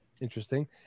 Interesting